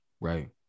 Right